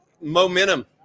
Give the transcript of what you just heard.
momentum